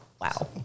Wow